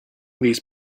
these